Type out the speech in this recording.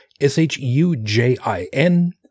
S-H-U-J-I-N